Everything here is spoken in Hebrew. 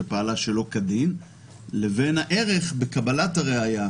ובין הערך שבקבלת הראיה,